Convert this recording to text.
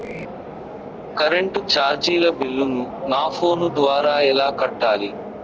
Current చార్జీల బిల్లును, నా ఫోను ద్వారా ఎలా కట్టాలి?